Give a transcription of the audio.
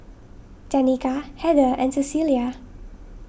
Danika Heather and Cecilia